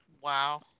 wow